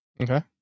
Okay